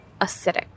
Acidic